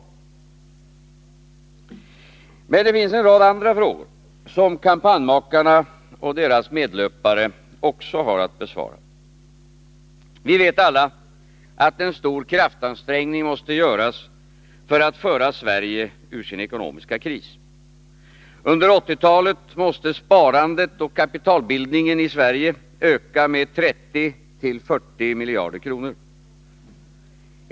Det finns emellertid en rad andra frågor, som kampanjmakarna och deras medlöpare också har att besvara. Vi vet alla att en stor kraftansträngning måste göras för att föra Sverige ur sin ekonomiska kris. Under 1980-talet måste sparandet och kapitalbildningen i Sverige öka med 30-40 miljarder kronor.